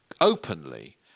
openly